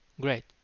Great